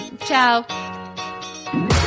Ciao